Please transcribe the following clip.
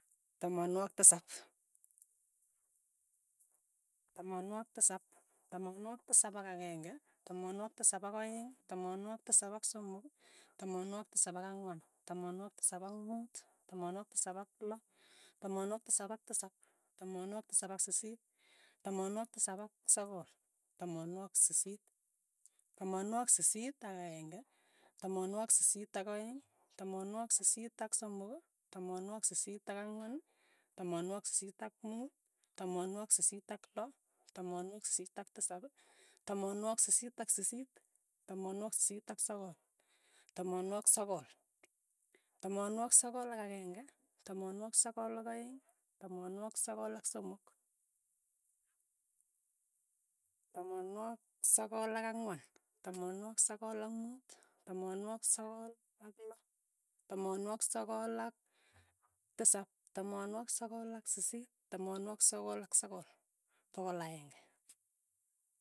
Tamanwogik tisap, tamanwogik tisap, tamanwogik tisap ak akeng'e, tamanwogik tisap ak aeng', tamanwogik tisap ak somok. tamanwogik tisap ak ang'wan, tamanwogik tisap ak muut, tamanwogik tisap ak loo, tamanwogik tisap ak tisap, tamanwogik tisap ak sisiit, tamanwogik tisap ak sogol, tamanwogik sisiit, tamanwogik sisiit ak akeng'e, tamanwogik sisiit ak aeng', tamanwogik sisiit ak somok, tamanwogik sisiit ak ang'wan, tamanwogik sisiit ak muut, tamanwogik sisiit ak loo, tamanwogik sisiit ak tisap, tamanwogik sisiit ak sisiit, tamanwogik sisiit ak sogol, tamanwogik sogol, tamanwogik sogol ak akeng'e, tamanwogik sogol ak aeng', tamanwogik sogol ak somok, tamanwogik sogol ak ang'wan, tamanwogik sogol ak muut, tamanwogik sogol ak loo, tamanwogik sogol ak tisap, tamanwogik sogol ak sisiit, tamanwogik sogol ak sogol, pogol aeng'e.